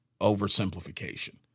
oversimplification